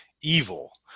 evil